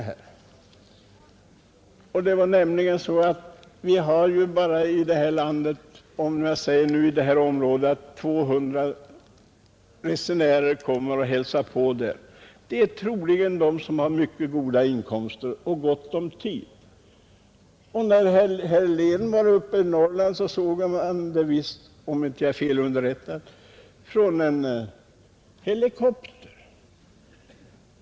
Ungefär 200 resenärer om året kommer och hälsar på uppe i det område vi diskuterar. Det är troligen människor som har mycket goda inkomster och gott om tid. När herr Helén var uppe i Norrland såg han området, om jag inte är fel underrättad, från en helikopter.